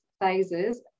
phases